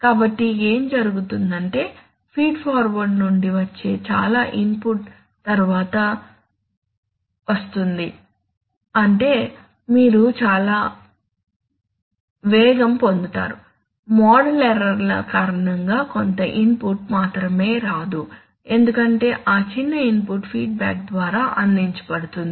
కాబట్టి ఏమి జరుగుతుందంటే ఫీడ్ ఫార్వర్డ్ నుండి వచ్చే చాలా ఇన్పుట్ త్వరగా వస్తుంది అంటే మీరు చాలా వేగం పొందుతారు మోడల్ ఎర్రర్ ల కారణంగా కొంత ఇన్పుట్ మాత్రమే రాదు ఎందుకంటే ఆ చిన్న ఇన్పుట్ ఫీడ్బ్యాక్ ద్వారా అందించబడుతుంది